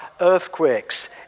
earthquakes